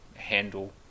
handle